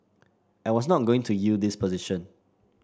I was not going to yield this position